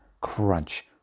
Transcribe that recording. crunch